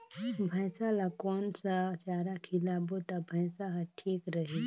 भैसा ला कोन सा चारा खिलाबो ता भैंसा हर ठीक रही?